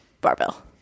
barbell